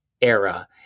Era